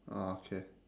ah okay